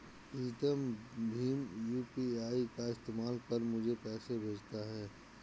प्रीतम भीम यू.पी.आई का इस्तेमाल कर मुझे पैसे भेजता है